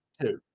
two